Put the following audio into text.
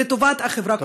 לטובת החברה כולה.